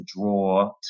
draw